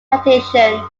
plantation